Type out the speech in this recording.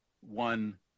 one